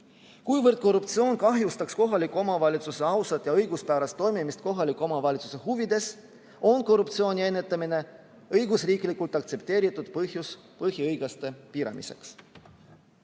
Kuivõrd korruptsioon kahjustaks kohaliku omavalitsuse ausat ja õiguspärast toimimist kohaliku omavalitsuse huvides, on korruptsiooni ennetamine õigusriiklikult aktsepteeritud põhjus põhiõiguste piiramiseks.